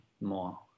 more